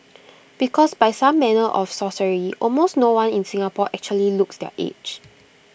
because by some manner of sorcery almost no one in Singapore actually looks their age